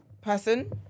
person